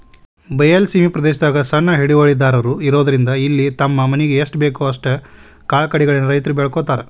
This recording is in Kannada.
ಬಯಲ ಸೇಮಿ ಪ್ರದೇಶದಾಗ ಸಣ್ಣ ಹಿಡುವಳಿದಾರರು ಇರೋದ್ರಿಂದ ಇಲ್ಲಿ ತಮ್ಮ ಮನಿಗೆ ಎಸ್ಟಬೇಕೋ ಅಷ್ಟ ಕಾಳುಕಡಿಗಳನ್ನ ರೈತರು ಬೆಳ್ಕೋತಾರ